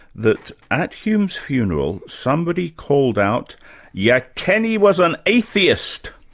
that at hume's funeral, somebody called out ya ken ne was an atheist!